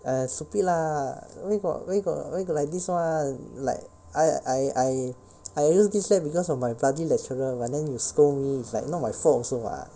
!aiya! stupid lah where got where got where got like this one like I I I I use this set because of my bloody lecturer but then you scold me is like not my fault also [what]